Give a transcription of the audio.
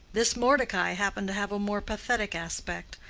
this mordecai happened to have a more pathetic aspect,